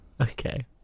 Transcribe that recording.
Okay